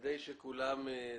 כדי שכולם יהיו.